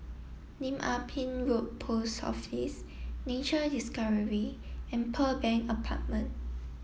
Lim Ah Pin Road Post Office Nature Discovery and Pearl Bank Apartment